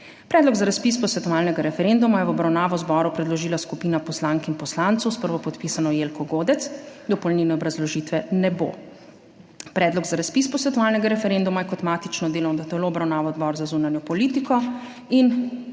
Predlog za razpis posvetovalnega referenduma je v obravnavo zboru predložila skupina poslank in poslancev s prvopodpisano Jelko Godec. Dopolnilne obrazložitve ne bo. Predlog za razpis posvetovalnega referenduma je kot matično delovno telo obravnaval Odbor za zunanjo politiko.